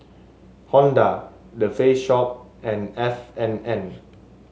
Honda The Face Shop and F and N